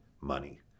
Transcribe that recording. money